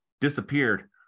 disappeared